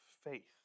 faith